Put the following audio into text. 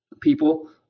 people